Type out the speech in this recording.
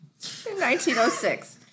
1906